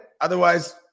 Otherwise